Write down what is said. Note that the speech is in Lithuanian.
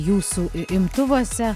jūsų imtuvuose